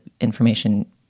information